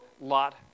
Lot